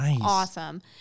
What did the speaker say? awesome